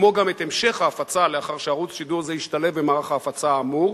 כמו גם את המשך ההפצה לאחר שערוץ שידור זה ישתלב במערך ההפצה האמור,